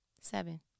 Seven